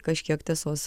kažkiek tiesos